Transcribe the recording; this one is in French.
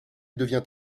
devient